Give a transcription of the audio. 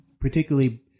particularly